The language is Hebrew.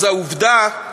אז עובדה,